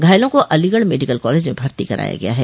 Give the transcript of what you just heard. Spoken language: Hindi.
घायलों को अलीगढ़ मेडिकल कॉलेज में भर्ती कराया गया है